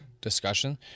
discussion